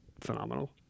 phenomenal